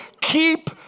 keep